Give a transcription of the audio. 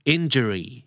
Injury